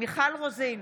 מיכל רוזין,